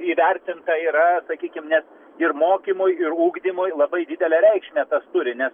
įvertinta yra sakykim net ir mokymui ir ugdymui labai didelę reikšmę turi nes